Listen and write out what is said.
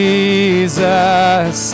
Jesus